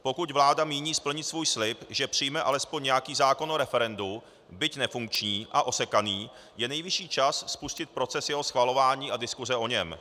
Pokud vláda míní splnit svůj slib, že přijme alespoň nějaký zákon o referendu, byť nefunkční a osekaný, je nejvyšší čas spustit proces jeho schvalování a diskuse o něm.